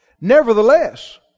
Nevertheless